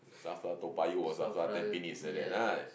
Safra Toa-Payoh or Safra tampines like that lah